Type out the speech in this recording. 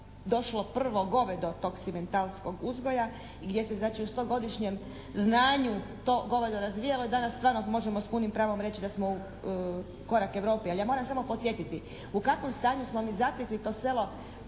prvo govedo tog simentalskog uzgoja i gdje se znači u stogodišnjem znanju to govedo razvijalo i danas stvarno možemo s punim pravom reći da smo korak Europi. Ali ja moram samo podsjetiti u kakvom stanju smo mi zatekli to selo